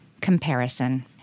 comparison